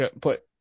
put